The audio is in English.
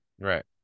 Right